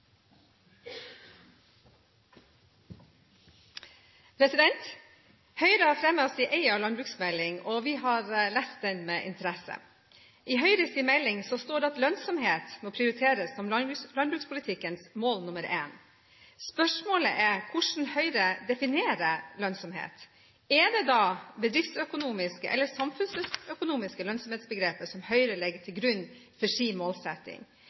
har lest den med interesse. I Høyres melding står det at «lønnsomhet må prioriteres som landbrukspolitikkens mål nummer en». Spørsmålet er hvordan Høyre definerer lønnsomhet. Er det da det bedriftsøkonomiske eller det samfunnsøkonomiske lønnsomhetsbegrepet Høyre legger til grunn for sin målsetting?